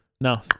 no